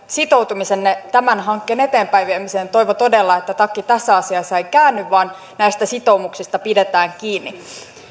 sitoutumisenne tämän hankkeen eteenpäin viemiseen toivon todella että takki tässä asiassa ei käänny vaan näistä sitoumuksista pidetään kiinni